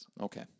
Okay